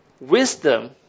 wisdom